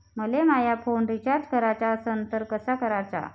मले माया phone recharge कराचा असन तर कसा कराचा?